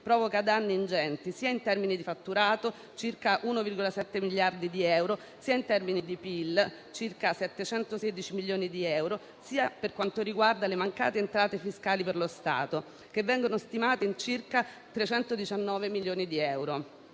provoca danni ingenti, sia in termini di fatturato, circa 1,7 miliardi di euro, sia in termini di PIL, circa 716 milioni di euro, sia per quanto riguarda le mancate entrate fiscali per lo Stato, che vengono stimate in circa 319 milioni di euro.